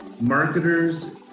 marketers